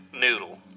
noodle